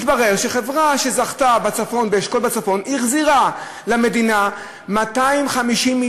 מתברר שחברה שזכתה באשכול בצפון החזירה למדינה 250,